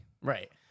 Right